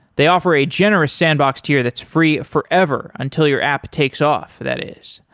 they offer a generous sandbox tier that's free forever until your app takes off, that is.